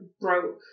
broke